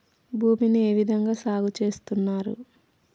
భూమిని ఏ విధంగా సాగు చేస్తున్నారు?